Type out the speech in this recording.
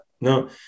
no